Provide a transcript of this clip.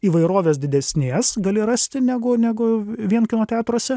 įvairovės didesnės gali rasti negu negu vien kino teatruose